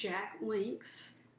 jack link's,